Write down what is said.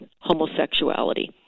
homosexuality